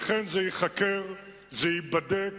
לכן, זה ייחקר, זה ייבדק.